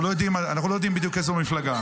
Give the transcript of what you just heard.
אנחנו לא יודעים בדיוק איזו מפלגה.